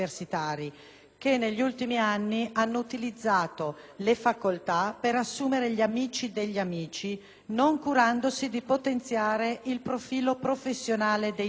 che, negli ultimi anni, hanno utilizzato le facoltà per assumere gli amici degli amici non curandosi di potenziare il profilo professionale dei docenti